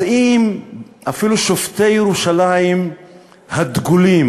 אז אם אפילו שופטי ירושלים הדגולים,